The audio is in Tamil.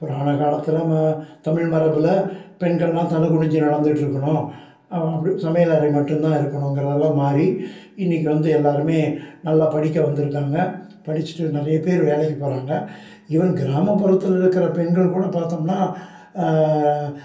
புராணகாலத்தில் ம தமிழ் மரபில் பெண்களெலாம் தலை குனிஞ்சு நடந்துக்கிட்டு இருக்கணும் அப்படி சமையல் அறை மட்டும் தான் இருக்கணுங்கிறதலாம் மாறி இன்றைக்கு வந்து எல்லாேருமே நல்லா படிக்க வந்திருக்காங்க படிச்சுட்டு நிறைய பேர் வேலைக்கு போகிறாங்க ஈவன் கிராமப்புறத்தில் இருக்கிற பெண்கள் கூட பார்த்தோம்னா